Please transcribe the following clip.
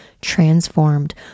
transformed